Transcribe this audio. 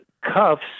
Cuffs